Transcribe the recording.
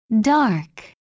Dark